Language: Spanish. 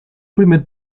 primer